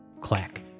Clack